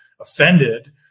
offended